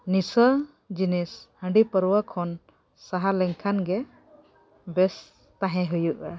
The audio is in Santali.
ᱱᱮᱥᱟ ᱡᱤᱱᱤᱥ ᱦᱟᱺᱰᱤᱼᱯᱟᱨᱣᱟᱹ ᱠᱷᱚᱱ ᱥᱟᱦᱟ ᱞᱮᱱᱠᱷᱟᱱ ᱜᱮ ᱵᱮᱥ ᱛᱟᱦᱮᱸ ᱦᱩᱭᱩᱜᱼᱟ